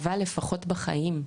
אבל לפחות בחיים.